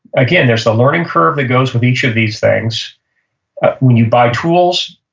again, there's a learning curve that goes with each of these things when you buy tools,